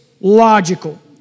logical